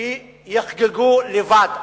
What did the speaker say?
שיחגגו לבד.